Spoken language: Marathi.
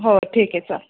हो ठीक आहे चाल